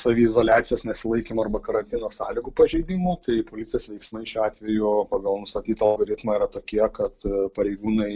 saviizoliacijos nesilaikymo arba karantino sąlygų pažeidimų tai policijos veiksmai šiuo atveju pagal nustatytą algoritmą yra tokie kad pareigūnai